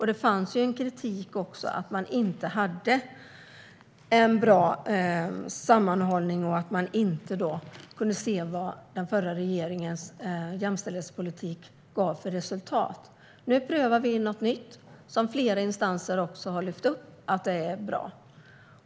Det fanns ju kritik mot att man inte hade en bra sammanhållning och att man inte kunde se vad den förra regeringens jämställdhetspolitik gav för resultat. Nu prövar vi något nytt, vilket flera instanser har lyft upp är bra.